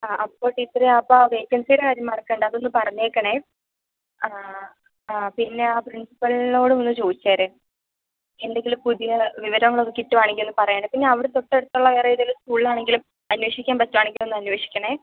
ആഹ് അപ്പോൾ ടീച്ചറെ ആ അപ്പം ആ വേക്കന്സീടെ കാര്യം മറക്കേണ്ട അതൊന്ന് പറഞ്ഞേക്കണേ ആഹ് ആഹ് പിന്നെ ആ പ്രിന്സിപ്പള്നോടും ഒന്ന് ചോയിച്ചേര് എന്തെങ്കിലും പുതിയ വിവരങ്ങളൊക്കെ കിട്ടുവാണെങ്കിൽ ഒന്ന് പറയണേ പിന്നെ അവിടെ തൊട്ടടുത്തുള്ള വേറെ ഏതെങ്കിലും സ്കൂളിലാണെങ്കിലും അന്വേഷിക്കാന് പറ്റുവാണെങ്കിൽ ഒന്ന് അന്വേഷിക്കണേ